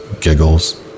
giggles